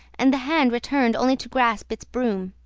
and the hand returned only to grasp its broom.